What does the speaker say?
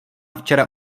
včera